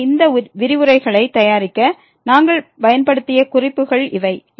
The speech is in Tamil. எனவே இந்த விரிவுரைகளைத் தயாரிக்க நாங்கள் பயன்படுத்திய குறிப்புகள் இவை